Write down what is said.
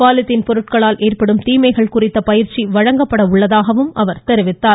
polythene பொருட்களால் ஏற்படும் தீமைகள் குறித்த பயிற்சி வழங்கப்பட உள்ளதாகவும் அவர் தெரிவித்தார்